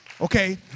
Okay